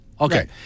Okay